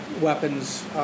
weapons